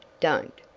don't.